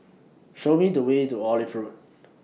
Show Me The Way to Olive Road